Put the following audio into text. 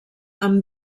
amb